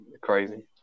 crazy